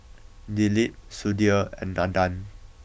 Dilip Sudhir and Nandan